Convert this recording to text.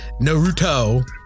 Naruto